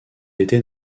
était